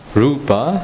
rupa